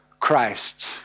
Christ